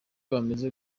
bamaze